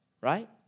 right